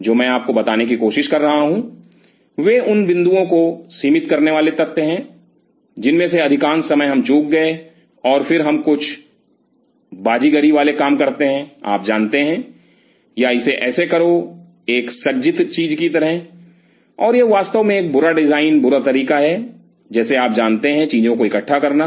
जो मैं आपको बताने की कोशिश कर रहा हूं वे उन बिंदुओं को सीमित करने वाले तथ्य हैं जिनमें से अधिकांश समय हम चूक गए और फिर हम कुछ बाजीगरी वाले काम करते हैं आप जानते हैं या इसे ऐसे करो एक सज्जित चीज़ की तरह और यह वास्तव में एक बुरा डिजाइन बुरा तरीका है जैसे आप जानते हैं चीजों को इकट्ठा रखना